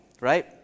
right